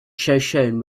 shoshone